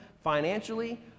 financially